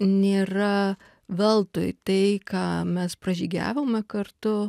nėra veltui tai ką mes pražygiavome kartu